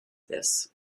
this